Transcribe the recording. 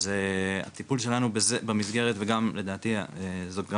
אז הטיפול שלנו במסגרת וגם לדעתי זאת גם